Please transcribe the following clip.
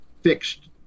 fixed